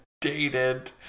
dated